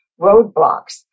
roadblocks